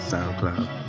SoundCloud